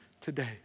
today